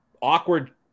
awkward